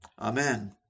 Amen